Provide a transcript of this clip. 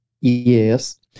Yes